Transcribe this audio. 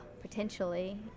potentially